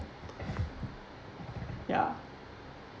ya